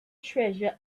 treasure